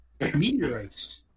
meteorites